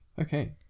Okay